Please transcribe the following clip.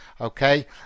Okay